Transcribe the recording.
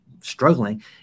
struggling